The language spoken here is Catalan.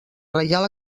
reial